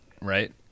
right